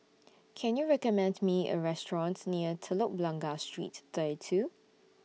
Can YOU recommend Me A restaurants near Telok Blangah Street thirty two